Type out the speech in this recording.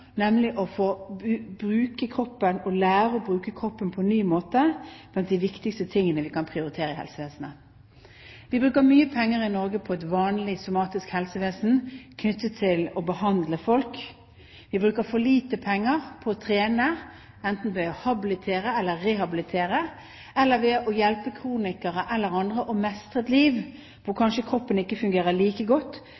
og lære å bruke kroppen på en ny måte, blant de viktigste tingene vi kan prioritere i helsevesenet. Vi bruker mye penger i Norge på et vanlig somatisk helsevesen knyttet til å behandle folk. Vi bruker for lite penger på å trene, enten ved å habilitere eller rehabilitere, eller ved å hjelpe kronikere eller andre til å mestre et liv hvor